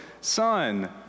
Son